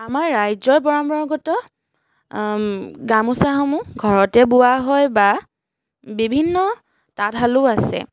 আমাৰ ৰাজ্যৰ পৰম্পৰাগত গামোচাসমূহ ঘৰতে বোৱা হয় বা বিভিন্ন তাঁতশালো আছে